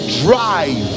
drive